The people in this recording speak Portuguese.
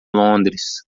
londres